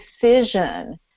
decision